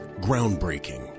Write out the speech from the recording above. Groundbreaking